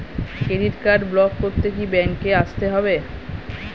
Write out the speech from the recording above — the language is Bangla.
ক্রেডিট কার্ড ব্লক করতে কি ব্যাংকে আসতে হবে?